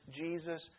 Jesus